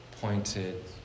pointed